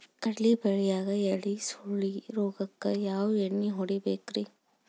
ಕಡ್ಲಿ ಬೆಳಿಯಾಗ ಎಲಿ ಸುರುಳಿ ರೋಗಕ್ಕ ಯಾವ ಎಣ್ಣಿ ಹೊಡಿಬೇಕ್ರೇ?